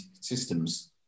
systems